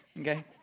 okay